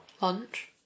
Lunch